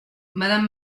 madame